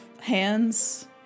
hands